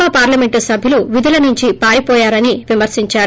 పా పార్లమెంట్ సభ్యులు విధుల నుంచి పారిపోయారని విమర్పించారు